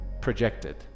projected